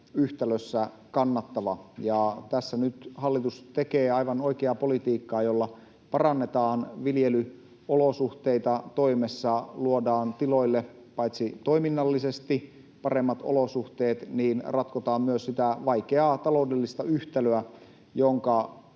yhtälössä kannattava. Tässä nyt hallitus tekee aivan oikeaa politiikkaa, jolla parannetaan viljelyolosuhteita ja luodaan tiloille paitsi toiminnallisesti paremmat olosuhteet myös ratkotaan sitä vaikeaa taloudellista yhtälöä, jonka